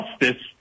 justice